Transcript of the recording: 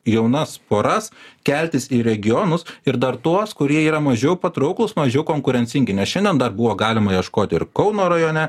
jaunas poras keltis į regionus ir dar tuos kurie yra mažiau patrauklūs mažiau konkurencingi nes šiandien dar buvo galima ieškoti ir kauno rajone